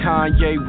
Kanye